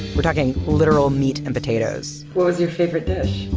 we're talking literal meat and potatoes what was your favorite dish?